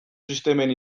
sistemen